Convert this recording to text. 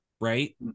right